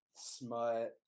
Smut